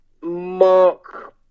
Mark